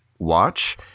watch